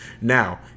Now